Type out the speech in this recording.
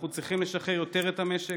אנחנו צריכים לשחרר יותר את המשק,